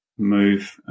move